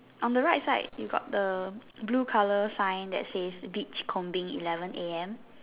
on the right side you got the blue colour sign that says beach combing eleven A_M